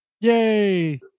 Yay